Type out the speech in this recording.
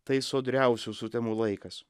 tai sodriausių sutemų laikas